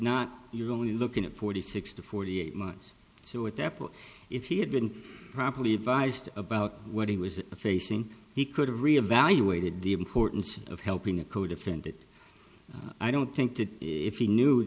not you're only looking at forty six to forty eight months so at that point if he had been properly advised about what he was facing he could have reevaluated the importance of helping a codefendant i don't think if he knew